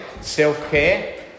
Self-care